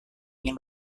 ingin